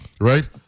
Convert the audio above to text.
right